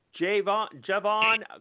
Javon